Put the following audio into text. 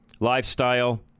lifestyle